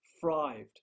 thrived